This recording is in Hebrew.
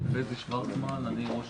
חזי שורצמן, אני ראש